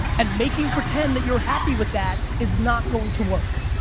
and making pretend that your happy with that is not going to work.